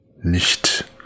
nicht